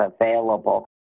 available